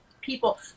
people